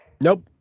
Nope